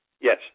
Yes